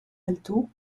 alto